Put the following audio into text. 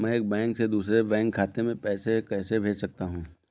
मैं एक बैंक से दूसरे बैंक खाते में पैसे कैसे भेज सकता हूँ?